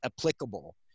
applicable